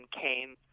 came